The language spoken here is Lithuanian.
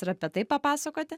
ir apie tai papasakoti